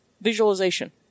visualization